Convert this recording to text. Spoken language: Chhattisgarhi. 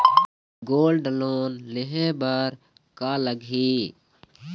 गोल्ड लोन लेहे बर का लगही?